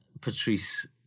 Patrice